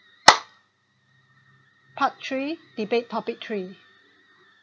part three debate topic three